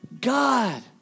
God